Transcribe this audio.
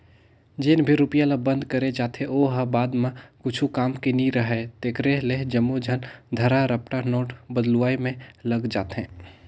जेन भी रूपिया ल बंद करे जाथे ओ ह बाद म कुछु काम के नी राहय तेकरे ले जम्मो झन धरा रपटा नोट बलदुवाए में लग जाथे